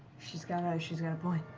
she's got she's got a point.